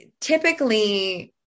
typically